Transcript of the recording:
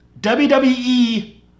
WWE